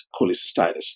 cholecystitis